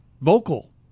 vocal